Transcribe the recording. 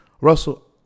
Russell